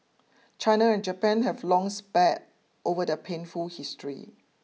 China and Japan have long spared over their painful history